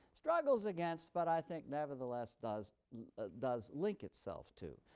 struggles against but, i think, nevertheless does ah does link itself to.